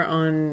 on